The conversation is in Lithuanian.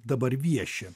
dabar vieši